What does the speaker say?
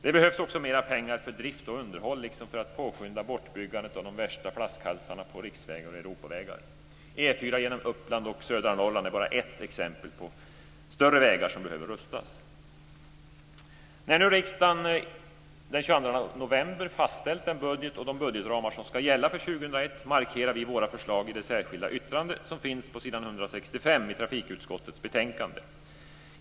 Det behövs också mer pengar för drift och underhåll, liksom för att påskynda bortbyggandet av de värsta flaskhalsarna på riksvägar och Europavägar. E 4 genom Uppland och södra Norrland är bara ett exempel på större vägar som behöver rustas. När nu riksdagen den 22 november fastställt den budget och de budgetramar som ska gälla för 2001 markerar vi våra förslag i det särskilda yttrande som finns på s. 165 i trafikutskottets betänkande.